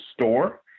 store